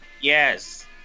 Yes